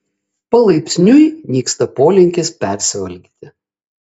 palaipsniui nyksta polinkis persivalgyti